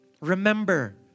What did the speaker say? Remember